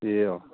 ए अँ